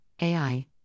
AI